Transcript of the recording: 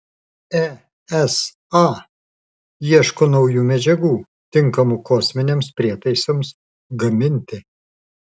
esa ieško naujų medžiagų tinkamų kosminiams prietaisams gaminti